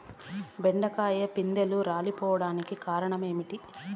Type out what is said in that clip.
బెండకాయ పిందెలు రాలిపోవడానికి కారణం ఏంటి?